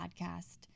Podcast